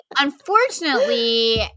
unfortunately